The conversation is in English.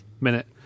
minute